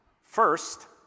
First